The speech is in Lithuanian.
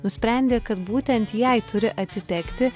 nusprendė kad būtent jai turi atitekti